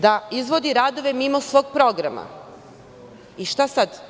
Da izvodi radove mimo svog programa i šta sad?